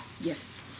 Yes